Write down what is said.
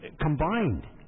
combined